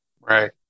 Right